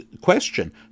question